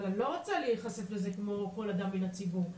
אבל אני לא רוצה להיחשף לזה כמו כל אדם מן הציבור.